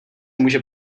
může